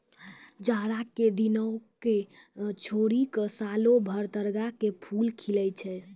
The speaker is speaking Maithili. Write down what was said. जाड़ा के दिनों क छोड़ी क सालों भर तग्गड़ के फूल खिलै छै